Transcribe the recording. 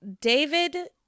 David